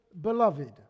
Beloved